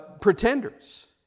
pretenders